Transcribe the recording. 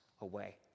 away